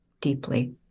deeply